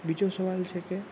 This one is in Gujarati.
બીજું શું આવે છે કે